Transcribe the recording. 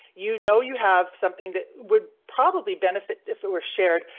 you know you have something that would probably benefit if it were shared,